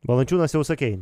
valančiūnas jau sakei